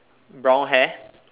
brown hair